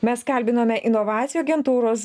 mes kalbinome inovacijų agentūros